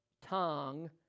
tongue